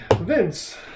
vince